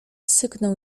syknął